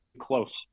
close